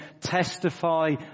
testify